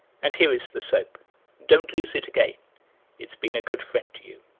and here is the soap don't lose it again it's been a good friend to you.